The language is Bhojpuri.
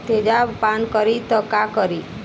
तेजाब पान करी त का करी?